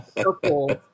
purple